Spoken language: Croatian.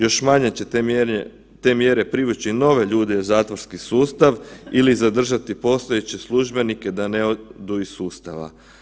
Još manje će te mjere privući nove ljude u zatvorski sustav ili zadržati postojeće službenike da ne odu iz sustava.